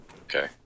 Okay